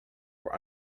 were